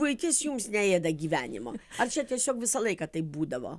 buitis jums neėda gyvenimo ar čia tiesiog visą laiką taip būdavo